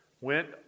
went